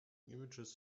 images